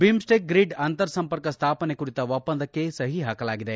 BIMSTEC grid ಅಂತರ್ ಸಂಪರ್ಕ ಸ್ಥಾಪನೆ ಕುರಿತ ಒಪ್ವಂದಕ್ಕೆ ಸಹಿ ಹಾಕಲಾಗಿದೆ